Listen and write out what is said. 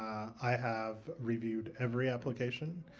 i have reviewed every application.